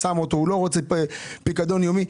הוא לא רוצה פיקדון יומי.